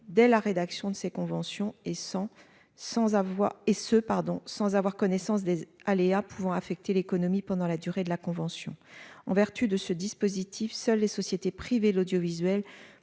Dès la rédaction de ces conventions et sans sans avoir et ce pardon sans avoir connaissance des aléas pouvant affecter l'économie pendant la durée de la convention. En vertu de ce dispositif. Seules les sociétés privées l'audiovisuel